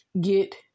get